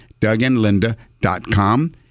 DougAndLinda.com